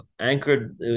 anchored